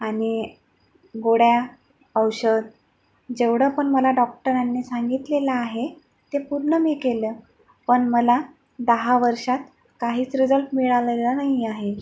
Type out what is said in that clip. आणि गोळ्या औषध जेवढं पण मला डॉक्टरांनी सांगितलेलं आहे ते पूर्ण मी केलं पण मला दहा वर्षात काहीच रिझल्ट मिळालेला नाही आहे